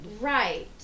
right